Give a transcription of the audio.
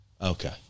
Okay